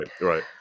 right